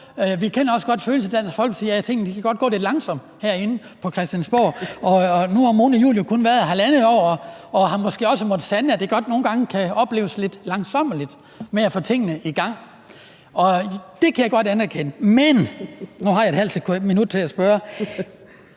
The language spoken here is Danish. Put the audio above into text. vi kender også godt følelsen i Dansk Folkeparti af, at tingene godt kan gå lidt langsomt herinde på Christiansborg. Nu har Mona Juul jo kun været her i halvandet år, og hun har måske også måttet sande, at det godt nogle gange kan opleves lidt langsommeligt med at få tingene i gang. Det kan jeg godt anerkende, men – nu har jeg ½ minut til at spørge